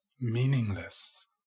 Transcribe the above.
meaningless